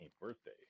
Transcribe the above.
birthday